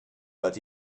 but